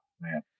man